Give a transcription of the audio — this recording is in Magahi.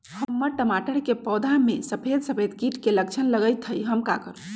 हमर टमाटर के पौधा में सफेद सफेद कीट के लक्षण लगई थई हम का करू?